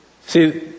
See